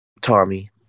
Tommy